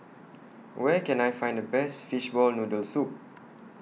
Where Can I Find The Best Fishball Noodle Soup